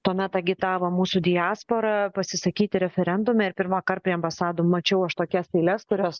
tuomet agitavom mūsų diasporą pasisakyti referendume ir pirmąkart prie ambasadų mačiau aš tokias eiles kurios